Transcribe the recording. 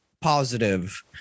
positive